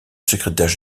secrétaire